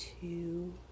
two